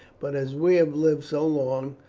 but as we have lived so long,